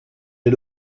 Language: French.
est